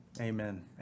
Amen